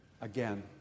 Again